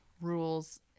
rules